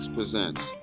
presents